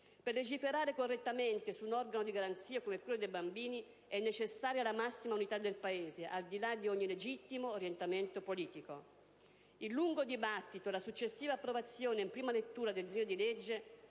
Per legiferare correttamente su un organo di garanzia come quello dei bambini, è necessaria la massima unità del Paese, al di là di ogni legittimo orientamento politico. Il lungo dibattito e la successiva approvazione in prima lettura del disegno di legge